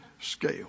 scale